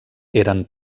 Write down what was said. eren